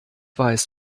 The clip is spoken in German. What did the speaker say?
weiß